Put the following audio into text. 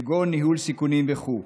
כגון ניהול סיכונים וכו'.